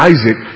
Isaac